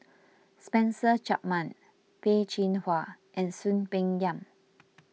Spencer Chapman Peh Chin Hua and Soon Peng Yam